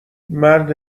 مرد